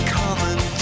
common